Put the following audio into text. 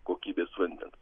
kokybės vandens